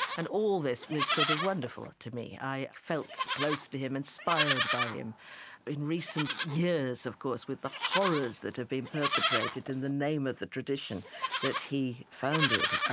and all this was sort of wonderful to me. i felt close to him, inspired by him in recent years, of course, with the horrors that have been perpetrated in the name of the tradition that he founded,